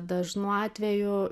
dažnu atveju